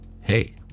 hey